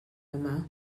yma